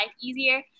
easier